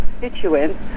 constituents